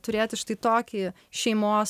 turėti štai tokį šeimos